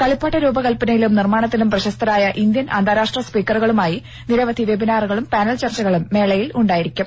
കളിപ്പാട്ട രൂപകൽപ്പനയിലും നിർമ്മാണത്തിലും പ്രശസ്തരായ ഇന്ത്യൻ അന്താരാഷ്ട്ര സ്പീക്കറുകളുമായി നിരവധി വെബ്ബിനാറുകളും പാനൽ ചർച്ചകളും മേളയിൽ ഉണ്ടായിരിക്കും